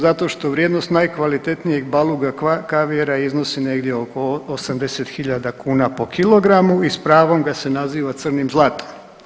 Zato što vrijednost najkvalitetnijeg baluga kavijara iznosi negdje oko 80.000 kuna po kilogramu i s pravom ga se naziva crnim zlatom.